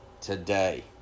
today